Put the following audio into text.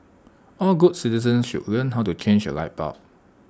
all good citizens should learn how to change A light bulb